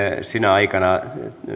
sinä aikana